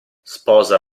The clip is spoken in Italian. sposa